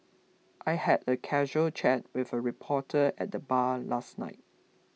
I had a casual chat with a reporter at the bar last night